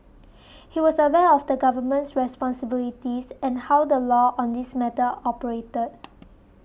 he was aware of the Government's responsibilities and how the law on this matter operated